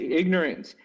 ignorance